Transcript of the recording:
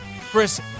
Chris